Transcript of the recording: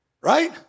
Right